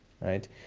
right